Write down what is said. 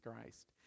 Christ